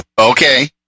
Okay